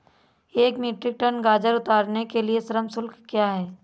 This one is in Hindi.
एक मीट्रिक टन गाजर उतारने के लिए श्रम शुल्क क्या है?